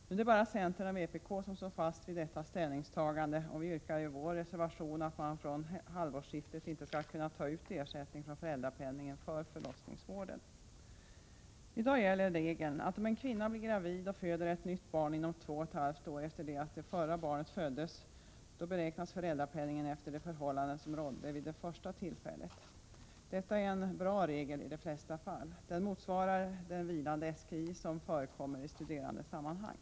Nu är det bara centern och vpk som står fast vid detta ställningstagande, och vi yrkar i vår reservation att man från halvårsskiftet inte skall kunna ta ut ersättning från föräldrapenningen för förlossningsvården. I dag gäller regeln att om en kvinna blir gravid och föder ytterligare ett barn inom två och ett halvt år efter det att det förra barnet föddes, beräknas föräldrapenningen efter det förhållandet som rådde vid det första tillfället. Detta är en bra regel i de flesta fall. Den motsvarar den vilande SGI som förekommer i studerandesammanhang.